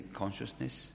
consciousness